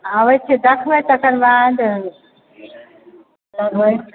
आबै छी देखबै तकर बाद लेबै